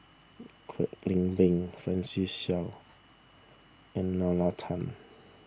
Kwek Leng Beng Francis Seow and Nalla Tan